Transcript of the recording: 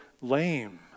lame